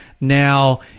Now